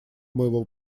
моего